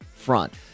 front